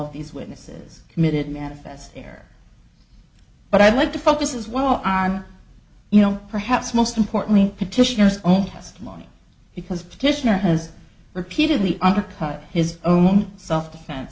of these witnesses committed manifest there but i'd like to focus as well i'm you know perhaps most importantly petitioner's own testimony because petitioner has repeatedly undercut his own self defense